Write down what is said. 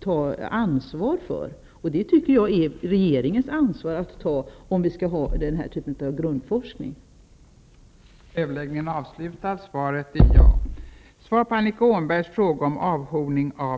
ta ansvar för om vi skall ha den här typen av grundforskning, och jag menar att det är regeringens sak.